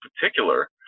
particular